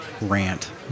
rant